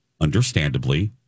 understandably